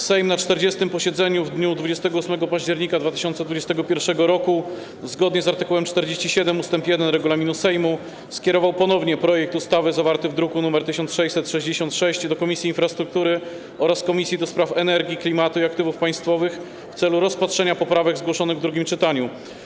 Sejm na 40. posiedzeniu w dniu 28 października 2021 r., zgodnie z art. 47 ust. 1 regulaminu Sejmu, skierował ponownie projekt ustawy zawarty w druku nr 1666 do Komisji Infrastruktury oraz Komisji do Spraw Energii, Klimatu i Aktywów Państwowych w celu rozpatrzenia poprawek zgłoszonych w drugim czytaniu.